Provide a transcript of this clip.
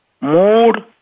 mood